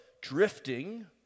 drifting